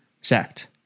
Sacked